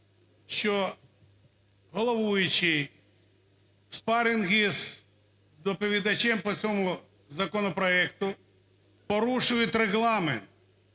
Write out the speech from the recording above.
що головуючий у спарингу з доповідачем по цьому законопроекту порушують Регламент.